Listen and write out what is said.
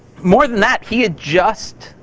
more than that, he had just,